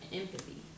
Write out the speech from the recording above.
empathy